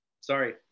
Sorry